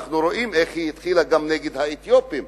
אנחנו רואים איך היא התחילה גם נגד האתיופים,